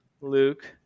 Luke